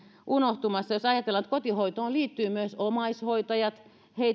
unohtumassa jos ajatellaan että kotihoitoon liittyvät myös omaishoitajat